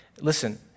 Listen